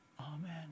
Amen